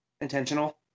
intentional